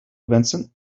vincent